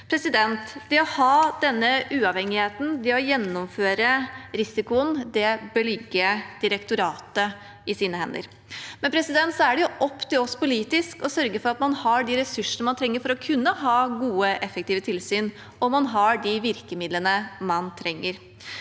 vurderingen. Det å ha denne uavhengigheten, det å gjennomføre risikoen, bør ligge i direktoratets hender. Så er det opp til oss politisk å sørge for at man har de ressursene som trengs for å kunne ha gode, effektive tilsyn, og at man har de virkemidlene som trengs.